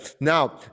Now